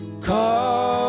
Call